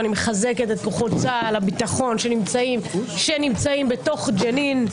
אני מחזקת את כוחות צה"ל והביטחון שנמצאים בתוך ג'נין,